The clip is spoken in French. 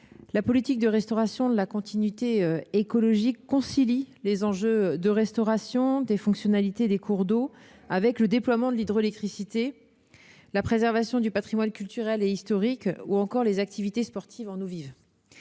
la politique de restauration de la continuité écologique concilie les enjeux de restauration des fonctionnalités des cours d'eau avec le déploiement de l'hydroélectricité, la préservation du patrimoine culturel et historique ou encore les activités sportives en eaux vives.